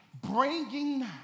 Bringing